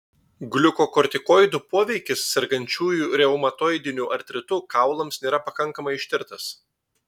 gliukokortikoidų poveikis sergančiųjų reumatoidiniu artritu kaulams nėra pakankamai ištirtas